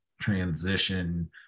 transition